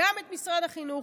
גם את משרד החינוך,